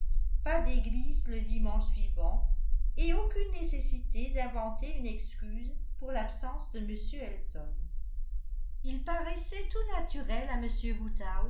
pas d'église le dimanche suivant et aucune nécessité d'inventer une excuse pour l'absence de m elton il paraissait tout naturel à